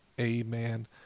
amen